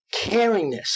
caringness